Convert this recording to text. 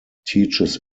teaches